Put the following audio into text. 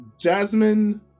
Jasmine